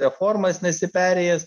reformas nesi perėjęs